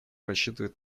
рассчитывает